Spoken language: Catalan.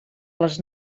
les